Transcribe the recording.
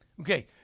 Okay